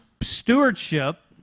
Stewardship